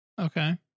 Okay